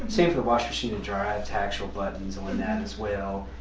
same for the wash machine and dryer, i've tactual buttons on that as well.